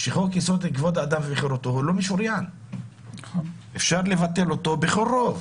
שחוק זה איננו משוריין ואפשר לבטל אות בכל רוב.